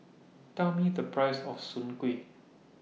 Tell Me The Price of Soon Kueh